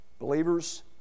Believers